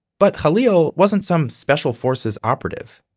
but khalil wasn't some special forces operative.